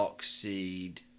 Seed